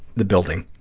the building.